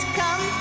come